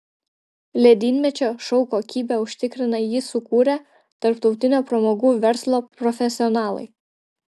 ledynmečio šou kokybę užtikrina jį sukūrę tarptautinio pramogų verslo profesionalai